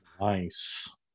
nice